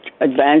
advanced